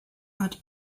had